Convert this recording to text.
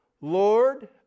Lord